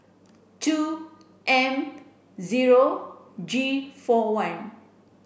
two M zero G four one